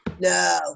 No